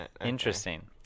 Interesting